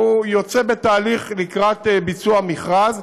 והוא בתהליך, לקראת ביצוע מכרז.